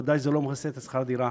ודאי שזה לא מכסה את שכר הדירה.